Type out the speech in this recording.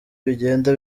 bigenda